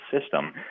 system